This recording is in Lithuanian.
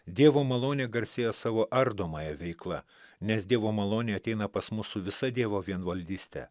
dievo malonė garsėja savo ardomąja veikla nes dievo malonė ateina pas mus su visa dievo vienvaldyste